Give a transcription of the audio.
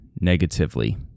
negatively